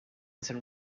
some